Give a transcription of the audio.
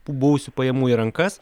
buvusių pajamų į rankas